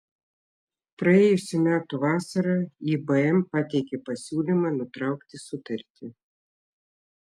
praėjusių metų vasarą ibm pateikė pasiūlymą nutraukti sutartį